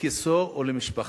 לכיסו ולמשפחתו.